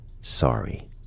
sorry